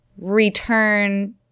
return